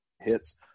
hits